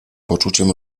poczuciem